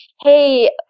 hey